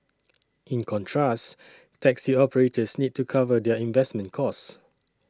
in contrast taxi operators need to cover their investment costs